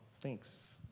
Thanks